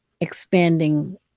expanding